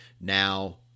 Now